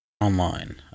online